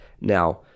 Now